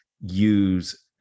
use